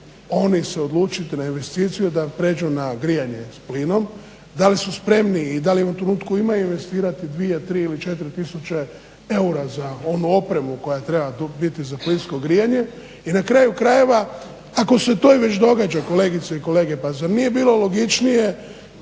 oni se odlučiti na investiciju da pređu na grijanje s plinom, da li su spremni i da li u trenutku imaju investirati, 2, 3 ili 4 tisuće eura za onu opremu koja treba tu biti za plinsko grijanje i na kraju krajeva ako se to i već događa kolegice i kolege, pa zar nije bilo logičnije,